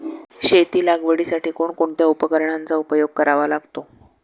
शेती लागवडीसाठी कोणकोणत्या उपकरणांचा उपयोग करावा लागतो?